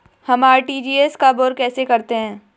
हम आर.टी.जी.एस कब और कैसे करते हैं?